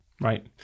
Right